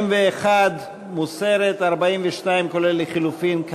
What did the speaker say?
51 בעד, 64 נגד,